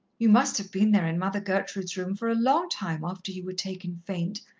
you must have been there in mother gertrude's room for a long time after you were taken faint.